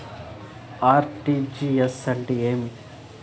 RTGS అంటే ఏమి?